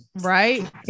right